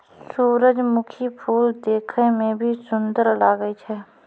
सुरजमुखी फूल देखै मे भी सुन्दर लागै छै